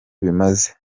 bimaze